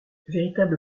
véritable